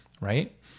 right